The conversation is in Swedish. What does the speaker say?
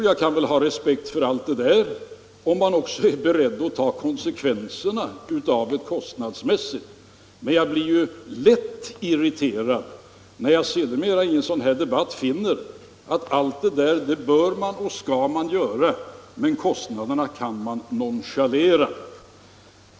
Jag kan ha respekt för allt detta om man också är beredd att ta konsekvenserna av det kostnadsmässigt, men jag blir lätt irriterad när jag sedermera i en sådan här debatt finner att allt detta bör och skall man göra men kostnaden kan man nonchalera.